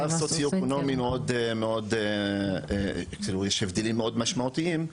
מצב סוציו אקונומי, יש הבדלים מאוד משמעותיים.